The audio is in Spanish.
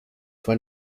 fue